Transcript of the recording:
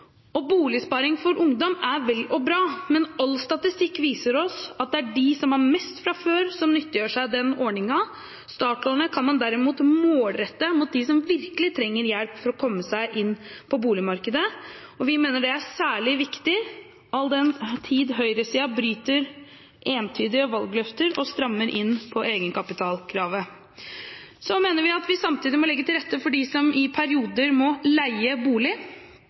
Boligsparing for ungdom er vel og bra, men all statistikk viser oss at det er dem som har mest fra før, som nyttiggjør seg den ordningen. Startlånet kan man derimot målrette mot dem som virkelig trenger hjelp for å komme seg inn på boligmarkedet, og vi mener det er særlig viktig, all den tid høyresiden bryter entydige valgløfter og strammer inn på egenkapitalkravet. Samtidig mener vi at vi må legge til rette for dem som i perioder må leie bolig.